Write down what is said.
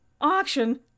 Auction